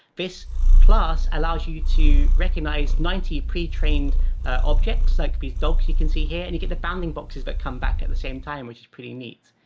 this class allows you you to recognize ninety pretrained objects, like these dogs you can see here. and you get the bounding boxes but come back at the same time, which is pretty neat.